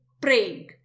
praying